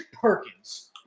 Perkins